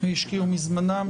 והשקיעו מזמנם,